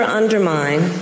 undermine